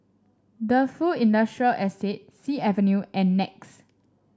Defu Industrial Estate Sea Avenue and Nex